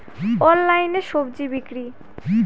অনলাইনে স্বজি বিক্রি?